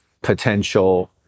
potential